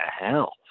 hell